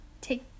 Take